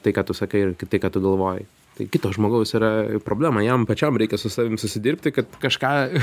tai ką tu sakai ir tai ką tu galvoji tai kito žmogaus yra problema jam pačiam reikia su savim susidirbti kad kažką